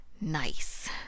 Nice